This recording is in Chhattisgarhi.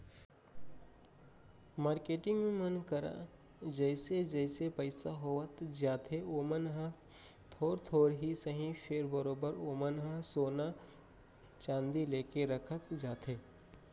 मारकेटिंग मन करा जइसे जइसे पइसा होवत जाथे ओमन ह थोर थोर ही सही फेर बरोबर ओमन ह सोना चांदी लेके रखत जाथे